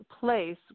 place